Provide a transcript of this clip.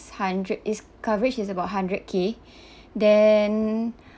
hundred its coverage is about hundred k then